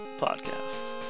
podcasts